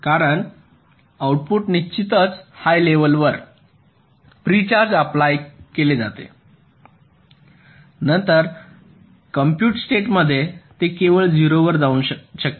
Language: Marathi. कारण आउटपुट निश्चितच हाय लेव्हलवर प्री चार्ज अप्लाय केले जाते नंतर कॉम्पूट स्टेट मध्ये ते केवळ 0 वर जाऊ शकते